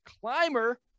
climber